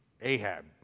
Ahab